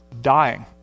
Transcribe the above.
dying